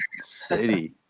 city